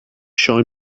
shine